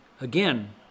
Again